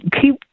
keep